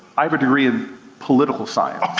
i have a degree in political science.